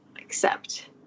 accept